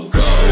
go